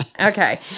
Okay